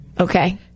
okay